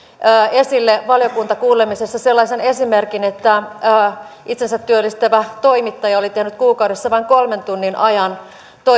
esille valiokuntakuulemisessa sellaisen esimerkin että itsensä työllistävä toimittaja oli tehnyt kuukaudessa vain kolmen tunnin ajan